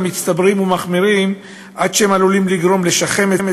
מצטברים ומחמירים עד שהם עלולים לגרום לשחמת,